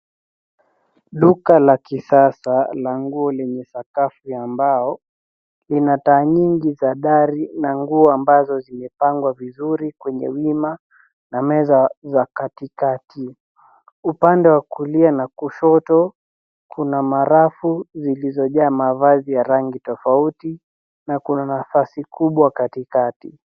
Duka la kisasa la nguo lenye sakafu ya mbao lina taa nyingi za dari na nguo ambazo zimepangwa vizuri kwenye wima na meza za katikati. Upande wa kulia na kushoto kuna marafu zilizojaa mavazi ya rangi tofauti, na kuna nafasi kubwa katikati.